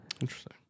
interesting